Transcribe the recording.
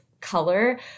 color